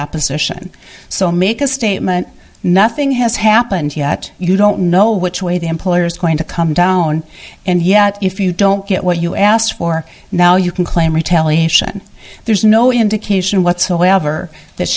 opposition so make a statement nothing has happened yet you don't know which way the employer is going to come down and yet if you don't get what you asked for now you can claim retaliation there's no indication whatsoever that